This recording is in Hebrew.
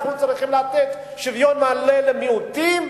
אנחנו צריכים לתת שוויון מלא למיעוטים,